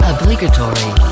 Obligatory